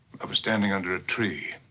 i was standing under a tree,